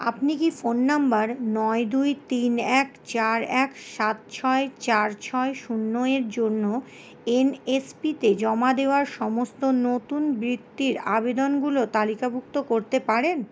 আপনি কি phone number নয় দুই তিন এক চার এক সাত ছয় চার ছয় শূন্যের জন্য এন এস পিতে জমা দেওয়া সমস্ত নতুন বৃত্তির আবেদনগুলো তালিকাভুক্ত করতে পারেন